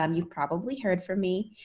um you've probably heard from me.